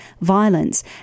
violence